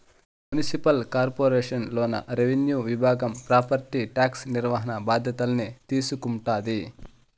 municipal corporation లోన revenue విభాగం property tax నిర్వహణ బాధ్యతల్ని తీసుకుంటాది